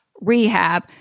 rehab